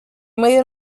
medio